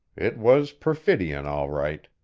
it was perfidion all right.